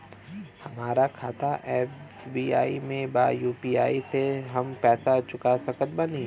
हमारा खाता एस.बी.आई में बा यू.पी.आई से हम पैसा चुका सकत बानी?